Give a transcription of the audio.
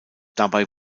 dabei